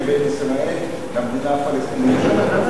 בין מדינת ישראל למדינה הפלסטינית שתקום.